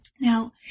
Now